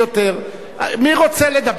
מי שרוצה לדבר, ידבר בחוץ.